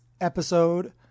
episode